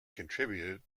contributed